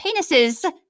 penises